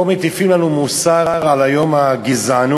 פה מטיפים לנו מוסר על יום הגזענות